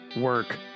work